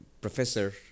professor